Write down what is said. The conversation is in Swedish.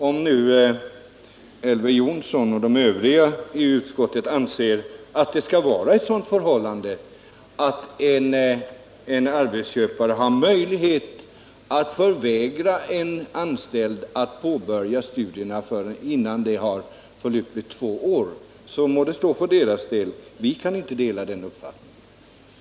Om nu Elver Jonsson och de övriga i utskottet anser att det skall vara så att en arbetsköpare har möjlighet att förvägra en anställd att påbörja studierna innan två år har förflutit, så må det stå för deras del. Vi kan inte dela den uppfattningen.